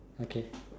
okay